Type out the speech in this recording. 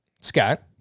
Scott